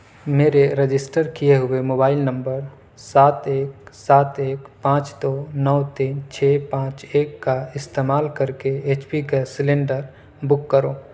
میرے رجسٹر کیے ہوئے موبائل نمبر سات ایک سات ایک پانچ دو نو تین چھ پانچ ایک کا استعمال کر کے H P gas cylinder book کرو